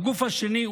הגוף השני,